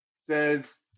Says